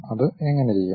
അത് എങ്ങനെ ചെയ്യാം